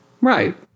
right